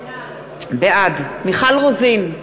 בעד מיכל רוזין,